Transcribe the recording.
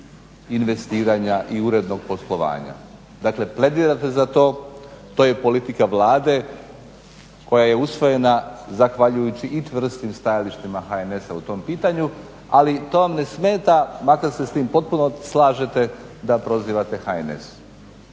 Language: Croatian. investiranja i urednog poslovanja. Dakle, pledirate za to, to je politika Vlade koja je usvojena zahvaljujući i čvrstim stajalištima HNS-a u tom pitanju ali to vam ne smeta makar se sa tim potpuno slažete da prozivate HNS.